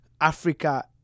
Africa